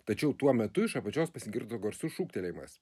tačiau tuo metu iš apačios pasigirdo garsus šūktelėjimas